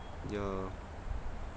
ya